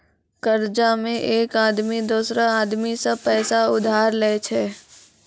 कर्जा मे एक आदमी दोसरो आदमी सं पैसा उधार लेय छै